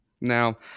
now